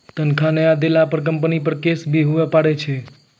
तनख्वाह नय देला पर कम्पनी पर केस भी हुआ पारै छै